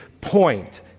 point